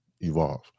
evolve